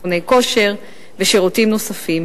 מכוני כושר ושירותים נוספים,